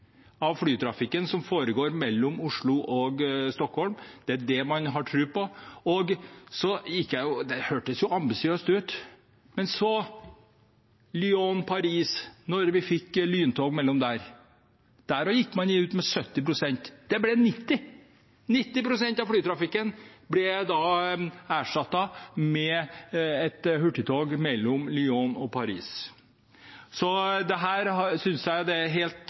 av flytrafikken mellom Oslo og Stockholm. Det er det man har tro på. Det høres jo ambisiøst ut. Men da det kom lyntog mellom Lyon og Paris, gikk man også ut med 70 pst., men det ble 90 pst. 90 pst. av flytrafikken ble erstattet med et hurtigtog mellom Lyon og Paris. Så jeg synes helt klart det er